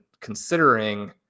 considering